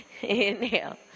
inhale